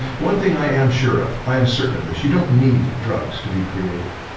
one thing i am sure of, i am certain of this, you don't need drugs to be creative.